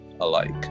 alike